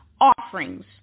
offerings